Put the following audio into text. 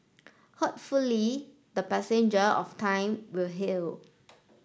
hopefully the passenger of time will heal